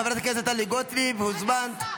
חברת הכנסת טלי גוטליב, הוזמנת.